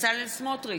בצלאל סמוטריץ,